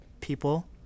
people